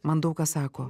man daug kas sako